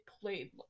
played